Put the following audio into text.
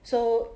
so